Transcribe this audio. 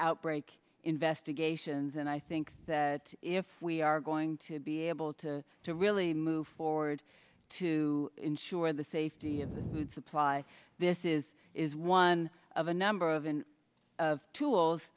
outbreak investigations and i think that if we are going to be able to to really move forward to ensure the safety of supply this is is one of a number of and of tools